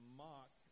mock